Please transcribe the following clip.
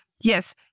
Yes